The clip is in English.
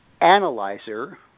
analyzer